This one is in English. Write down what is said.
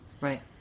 Right